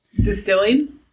distilling